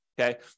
Okay